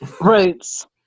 Roots